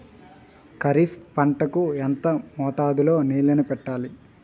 ఖరిఫ్ పంట కు ఎంత మోతాదులో నీళ్ళని పెట్టాలి?